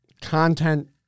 content